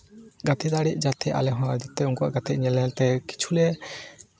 ᱜᱟᱛᱮ ᱫᱟᱲᱮᱜ ᱡᱟᱛᱮ ᱟᱞᱮ ᱦᱚᱸ ᱩᱱᱠᱩᱣᱟᱜ ᱜᱟᱛᱮᱜ ᱧᱮᱞ ᱧᱮᱞ ᱛᱮ ᱠᱤᱪᱷᱩᱞᱮ